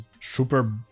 super